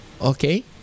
Okay